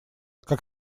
как